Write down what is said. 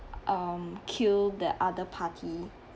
um kill the other party